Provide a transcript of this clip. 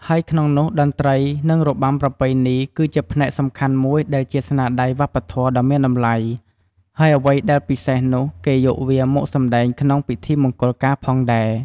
ហើយក្នុងនោះតន្រ្តីនិងរបាំប្រពៃណីគឺជាផ្នែកសំខាន់មួយដែលជាស្នាដៃវប្បធម៌ដ៏មានតម្លៃ ហើយអ្វីដែលពិសេសនោះ គេយកវាមកសម្តែងក្នុងពិធីមង្គលការផងដែរ។